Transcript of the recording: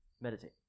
meditate